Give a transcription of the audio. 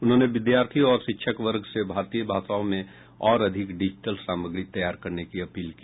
उन्होंने विद्यार्थियों और शिक्षक वर्ग से भारतीय भाषाओं में और अधिक डिजिटल सामग्री तैयार करने की अपील की